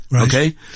okay